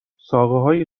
ساقههای